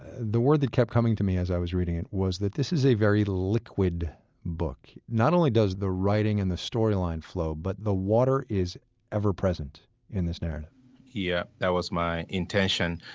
the word that kept coming to me as i was reading it, was that this was a very liquid book. not only does the writing and the storyline flow, but the water is ever present in this narrative yeah, that was my intention.